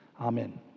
Amen